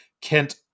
Kent